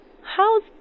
how's